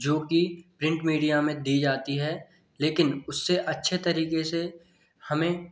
जो कि print media में दी जाती है लेकिन उससे अच्छे तरीके से हमें